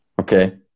Okay